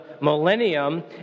millennium